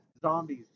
zombies